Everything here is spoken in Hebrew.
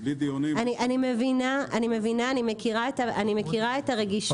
אני מבינה ומכירה את הרגישות של הנושא הזה.